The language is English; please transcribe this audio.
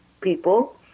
people